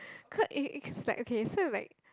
cause it it like okay so it likes